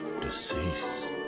decease